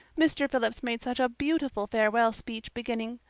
mr. phillips made such a beautiful farewell speech beginning,